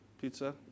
Pizza